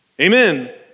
Amen